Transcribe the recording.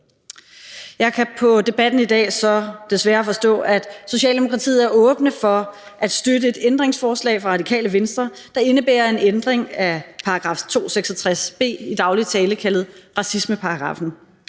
Jeg kan på debatten i dag så desværre forstå, at Socialdemokratiet er åbne for at støtte et ændringsforslag fra Radikale Venstre, der indebærer en ændring af § 266 b, i daglig tale kaldet racismeparagraffen.